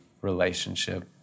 relationship